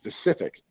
specific